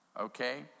okay